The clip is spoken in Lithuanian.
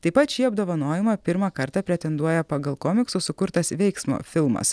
taip pat šį apdovanojimą pirmą kartą pretenduoja pagal komiksus sukurtas veiksmo filmas